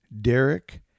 Derek